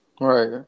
Right